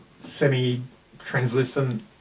semi-translucent